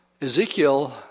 Ezekiel